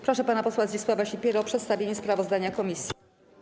Proszę pana posła Zdzisława Sipierę o przedstawienie sprawozdania komisji.